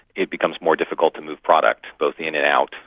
it becomes more difficult to move product, both in and out.